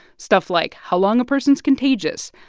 stuff like how long a person's contagious,